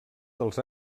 dels